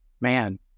Man